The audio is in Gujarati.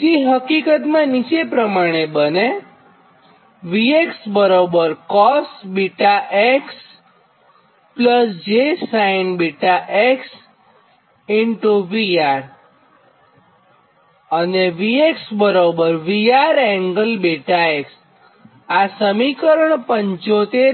જે હકીકતમાં નીચે પ્રમાણે બને આ સમીકરણ 75 થાય